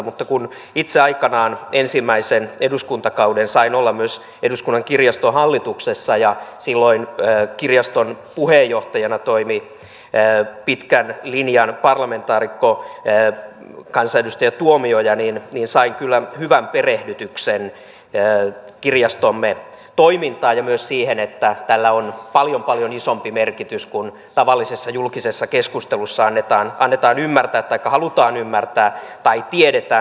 mutta kun itse aikanaan ensimmäisen eduskuntakauden sain olla myös eduskunnan kirjaston hallituksessa ja silloin kirjaston puheenjohtajana toimi pitkän linjan parlamentaarikko kansanedustaja tuomioja niin sain kyllä hyvän perehdytyksen kirjastomme toimintaan ja myös siihen että tällä on paljon paljon isompi merkitys kuin tavallisessa julkisessa keskustelussa on että annetaan ymmärtää että halutaan ymmärtää tai tiedetään